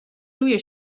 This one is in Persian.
روی